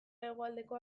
hegoaldeko